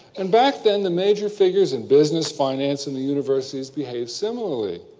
and back then, the major figures in business, finance and the universities behaved similarly.